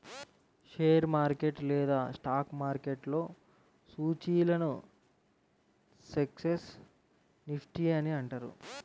share market లేదా stock మార్కెట్లో సూచీలను సెన్సెక్స్, నిఫ్టీ అని అంటారు